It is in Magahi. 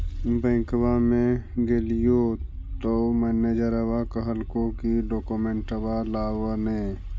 बैंकवा मे गेलिओ तौ मैनेजरवा कहलको कि डोकमेनटवा लाव ने?